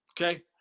Okay